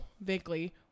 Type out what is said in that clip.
vaguely